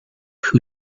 who